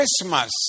Christmas